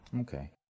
Okay